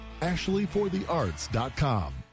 AshleyfortheArts.com